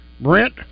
Brent